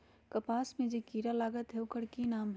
कपास में जे किरा लागत है ओकर कि नाम है?